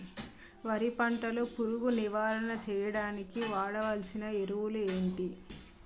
వరి పంట లో పురుగు నివారణ చేయడానికి వాడాల్సిన ఎరువులు ఏంటి?